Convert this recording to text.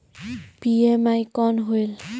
PME कौन होयल?